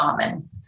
shaman